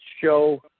show